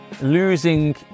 losing